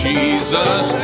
Jesus